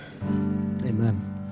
Amen